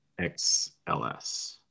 XLS